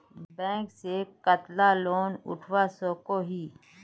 Bank से कतला loan उठवा सकोही?